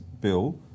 bill